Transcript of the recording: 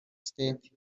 state